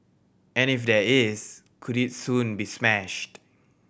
and if there is could it soon be smashed